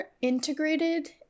integrated